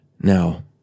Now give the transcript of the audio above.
Now